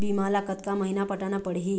बीमा ला कतका महीना पटाना पड़ही?